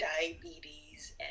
diabetes